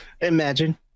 Imagine